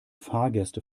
fahrgäste